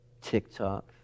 TikTok